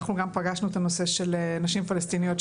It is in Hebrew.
אנחנו גם פגשנו את הנושא של נשים פלסטיניות,